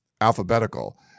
alphabetical